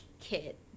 Kit